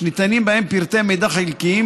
שניתנים בהם פרטי מידע חלקיים,